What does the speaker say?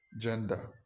gender